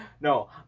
no